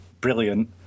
brilliant